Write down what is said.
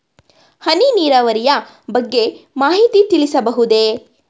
ಹನಿ ನೀರಾವರಿಯ ಬಗ್ಗೆ ಮಾಹಿತಿ ತಿಳಿಸಬಹುದೇ?